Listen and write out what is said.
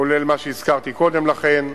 כולל מה שהזכרתי קודם לכן,